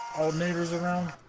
all mayors around